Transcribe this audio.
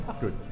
good